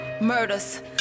murders